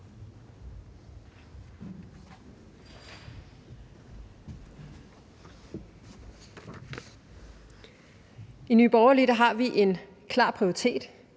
I Nye Borgerlige har vi en klar prioritet.